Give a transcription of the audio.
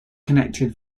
connected